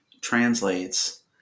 translates